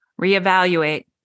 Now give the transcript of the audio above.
Reevaluate